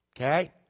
Okay